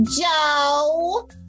Joe